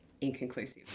inconclusive